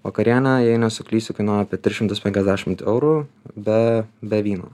vakarienė jei nesuklysiu kainuoja apie tris šimtus penkiasdešimt eurų be be vyno